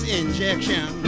injection